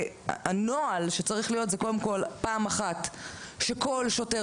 הנוהל שצריך להית זה: (1) כל שוטר,